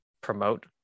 promote